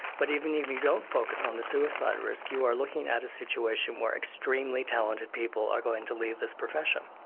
but even if you don't focus on the suicide risk, you are looking at a situation where extremely talented people are going to leave this profession,